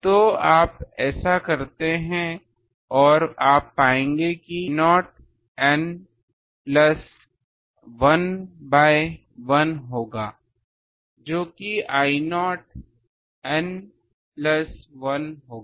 तो आप ऐसा करते हैं और आप पाएंगे कि यह I0 N प्लस 1 बाय 1 होगा जो कि I0 N प्लस 1 होगा